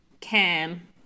Cam